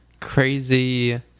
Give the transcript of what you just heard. crazy